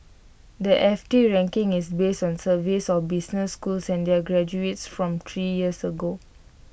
the F T ranking is based on surveys of business schools and their graduates from three years ago